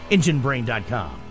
EngineBrain.com